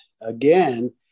again